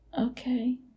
Okay